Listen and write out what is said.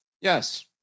yes